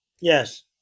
yes